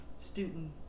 student